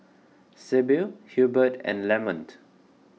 Sybil Hilbert and Lamont